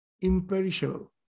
imperishable